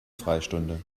freistunde